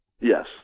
Yes